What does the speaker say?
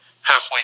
halfway